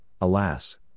alas